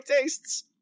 tastes